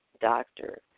doctor